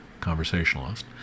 conversationalist